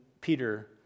Peter